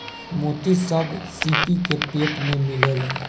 मोती सब सीपी के पेट में मिलेला